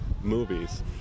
movies